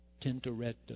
Tintoretto